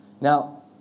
Now